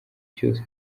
cyose